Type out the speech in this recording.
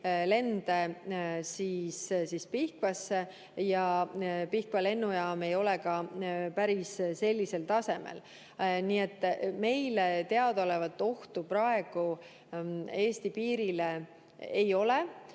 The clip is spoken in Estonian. lende Pihkvasse. Pihkva lennujaam ei ole ka päris sellisel tasemel. Nii et meile teadaolevalt praegu ohtu Eesti piirile ei ole,